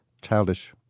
childish